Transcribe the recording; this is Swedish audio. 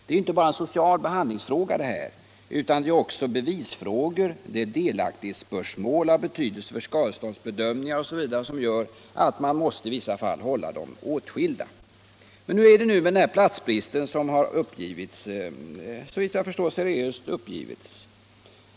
Det är ju inte bara en social behandlingsfråga. Bevisfrågor, delaktighetsspörsmål av betydelse för t.ex. skadeståndsbedömningar osv. gör att man i vissa fall måste hålla vederbörande åtskilda. Hur är det nu med den platsbrist som har uppgivits föreligga?